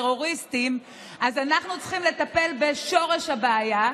טרוריסטים, אנחנו צריכים לטפל בשורש הבעיה.